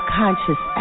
conscious